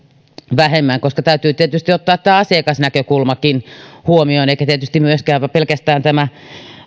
vähemmän täytyy tietysti ottaa tämä asiakasnäkökulmakin huomioon eikä tietysti pelkästään